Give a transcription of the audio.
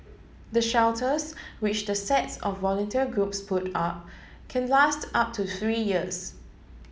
the shelters which the sets of volunteer groups put up can last up to three years